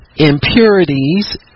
impurities